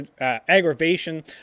aggravation